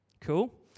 Cool